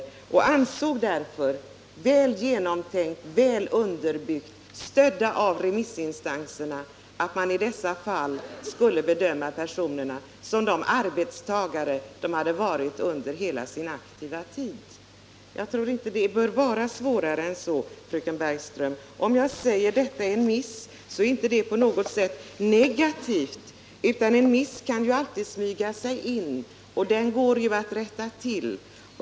Verket ansåg därför, vilket var väl genomtänkt, väl underbyggt och stött av remissinstanserna, att man i dessa fall skulle bedöma personerna som arbetstagare, vilket de hade varit under hela sin aktiva tid. Jag tror att det inte behöver vara svårare än så, fröken Bergström. När jag säger att detta är en miss, är det inte på något sätt negativt. En miss kan alltid smyga sig in, och den går att rätta till.